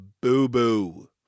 boo-boo